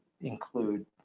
include